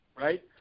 right